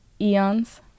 eons